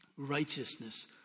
Righteousness